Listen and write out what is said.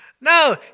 No